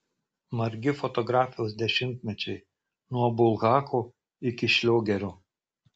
margi fotografijos dešimtmečiai nuo bulhako iki šliogerio